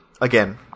Again